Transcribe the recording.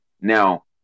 Now